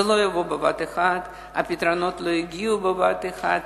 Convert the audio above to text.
זה לא יבוא בבת אחת, הפתרונות לא יגיעו בבת אחת.